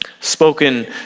spoken